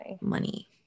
money